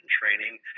training